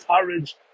courage